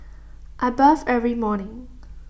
I bath every morning